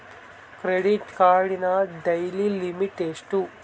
Credit ಕಾರ್ಡಿನ daily limit ಎಷ್ಟು?